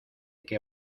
que